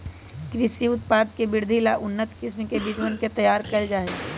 कृषि उत्पाद के वृद्धि ला उन्नत किस्म के बीजवन के तैयार कइल जाहई